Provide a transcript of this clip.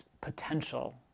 potential